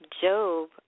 Job